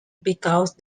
because